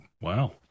Wow